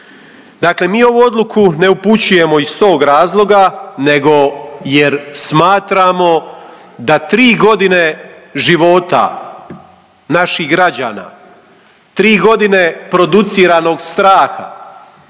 Dakle, mi ovu odluku ne upućujemo iz tog razloga, nego jer smatramo da 3.g. života naših građana, 3.g. produciranog straha